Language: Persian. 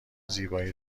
زیبایی